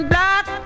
Black